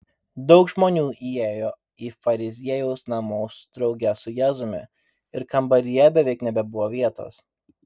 daug žmonių įėjo į fariziejaus namus drauge su jėzumi ir kambaryje beveik nebebuvo vietos